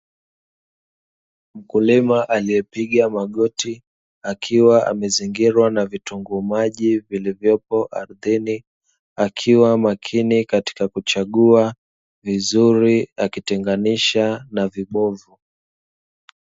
Mkulima aliyepiga magoti, akiwa amezingirwa na vitunguu maji vilivyopo ardhini, akiwa makini katika kuchagua vizuri akitenganisha na vibovu.